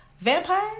Vampire